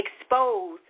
expose